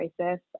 crisis